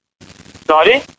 Sorry